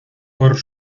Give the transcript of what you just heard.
por